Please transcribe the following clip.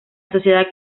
sociedad